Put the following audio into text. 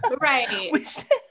Right